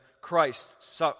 Christ